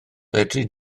fedri